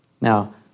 Now